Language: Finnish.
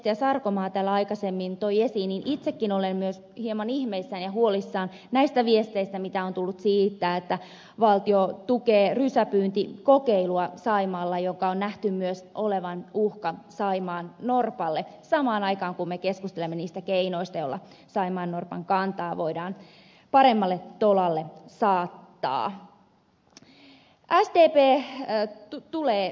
sarkomaa täällä aikaisemmin toi esiin itsekin olen myös hieman ihmeissäni ja huolissani näistä viesteistä mitä on tullut siitä että valtio tukee rysäpyyntikokeilua saimaalla jonka on nähty myös olevan uhka saimaannorpalle samaan aikaan kun me keskustelemme niistä keinoista joilla saimaannorpan kantaa voidaan paremmalle tolalle saattaa